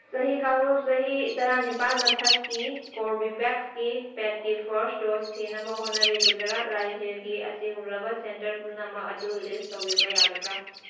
ꯆꯍꯤ ꯀꯥꯡꯂꯨꯞ ꯆꯍꯤ ꯇꯔꯥꯅꯤꯄꯥꯜ ꯃꯊꯛꯀꯤ ꯀꯣꯔꯕꯤꯚꯦꯛꯁꯀꯤ ꯄꯦꯗꯀꯤ ꯐꯥꯔꯁ ꯗꯣꯁ ꯊꯤꯅꯕ ꯍꯣꯠꯅꯔꯤ ꯒꯨꯖꯔꯥꯠ ꯔꯥꯖ꯭ꯌꯥꯒꯤ ꯑꯁꯤꯒꯨꯝꯂꯕ ꯁꯦꯟꯇꯔ ꯄꯨꯝꯅꯃꯛ ꯑꯗꯨ ꯂꯤꯁ ꯇꯧꯕꯤꯕ ꯌꯥꯒꯗ꯭ꯔꯥ